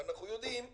אבל יודעים,